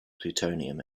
plutonium